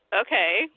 okay